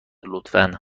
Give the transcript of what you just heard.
لطفا